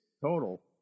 total